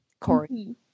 Corey